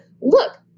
look